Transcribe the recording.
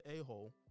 a-hole